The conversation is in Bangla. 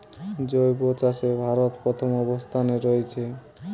জৈব চাষে ভারত প্রথম অবস্থানে রয়েছে